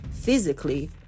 physically